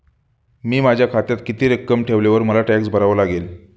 मी माझ्या खात्यात किती रक्कम ठेवल्यावर मला टॅक्स भरावा लागेल?